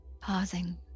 pausing